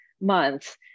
month